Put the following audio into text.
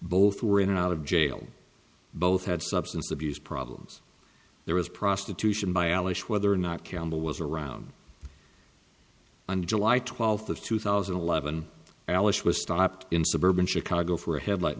both were in and out of jail both had substance abuse problems there was prostitution by alice whether or not campbell was around on july twelfth of two thousand and eleven alice was stopped in suburban chicago for a headlight